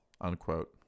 unquote